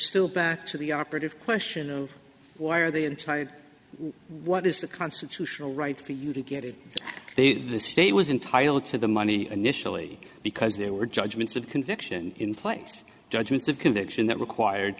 still back to the operative question of why are they in tight what is the constitutional right for you to get it the state was entirely to the money initially because there were judgments of conviction in place judgments of conviction that required